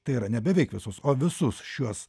tai yra ne beveik visus o visus šiuos